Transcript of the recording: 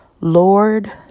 Lord